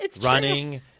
running